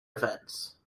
events